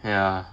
ya